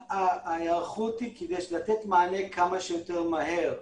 ההיערכות היא כדי לתת מענה כמה שיותר מהר,